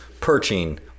perching